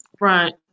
Right